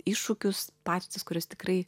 iššūkius patirtis kurios tikrai